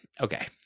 okay